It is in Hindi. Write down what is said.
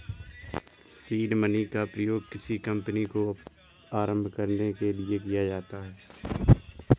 सीड मनी का प्रयोग किसी कंपनी को आरंभ करने के लिए किया जाता है